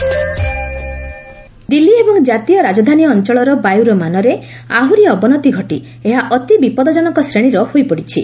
Delhi pollution Delhi ଏବଂ ଜାତୀୟ ରାଜଧାନୀ ଅଞ୍ଚଳର ବାୟୁର ମାନରେ ଆହୁରି ଅବନତି ଘଟି ଏହା ଅତି ବିପଦଜନକ ଶ୍ରେଣୀର ହୋଇପଡିଛି